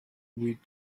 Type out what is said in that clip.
with